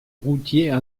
routier